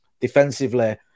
defensively